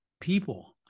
people